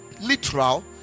literal